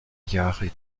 jahre